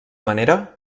manera